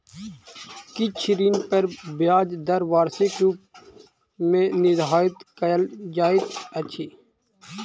किछ ऋण पर ब्याज दर वार्षिक रूप मे निर्धारित कयल जाइत अछि